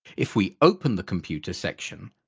if we open the computer section,